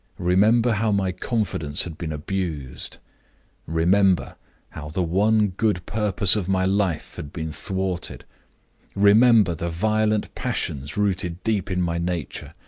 remember how my confidence had been abused remember how the one good purpose of my life had been thwarted remember the violent passions rooted deep in my nature,